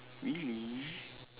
really